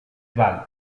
val